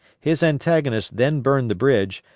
his antagonist then burned the bridge,